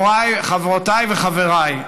חברותיי וחבריי,